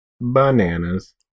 Bananas